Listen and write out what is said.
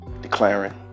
declaring